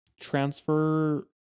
transfer